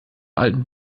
alten